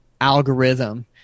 algorithm